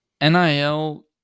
nil